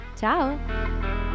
Ciao